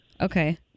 okay